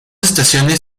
estaciones